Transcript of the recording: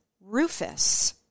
Rufus